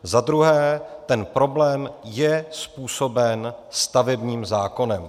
Za druhé, ten problém je způsoben stavebním zákonem.